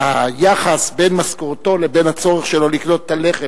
היחס בין משכורתו לבין הצורך שלו לקנות את הלחם,